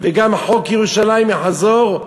וגם חוק ירושלים יחזור,